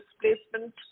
displacement